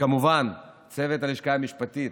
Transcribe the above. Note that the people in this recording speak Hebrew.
וכמובן לצוות הלשכה המשפטית,